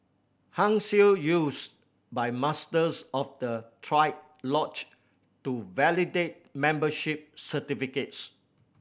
Hung Seal used by Masters of the triad lodge to validate membership certificates